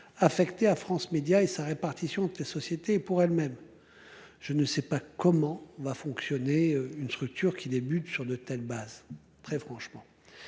affecté à France Médias et sa répartition des sociétés pour elle-même. Je ne sais pas comment va fonctionner une structure qui débute sur le thème basse très franchement.